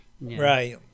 Right